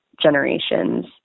generations